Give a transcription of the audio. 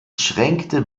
schränkte